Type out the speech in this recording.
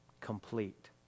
complete